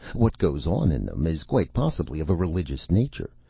what goes on in them is quite possibly of a religious nature.